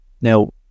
Now